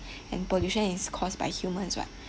and pollution is caused by humans what